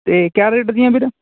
ਅਤੇ ਕਿਆ ਰੇਟ ਦੀਆਂ ਵੀਰ